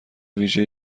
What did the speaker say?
ویژه